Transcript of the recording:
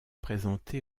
présenté